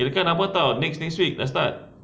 kirakan apa [tau] next next week dah start